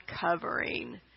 covering